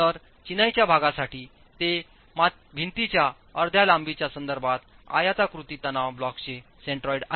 तरचिनाईच्याभागासाठीते भिंतीच्या अर्ध्या लांबीच्या संदर्भात आयताकृती तणाव ब्लॉकचे सेंट्रोइड आहे